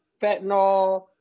fentanyl